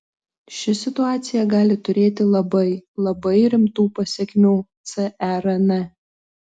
ši situacija gali turėti labai labai rimtų pasekmių cern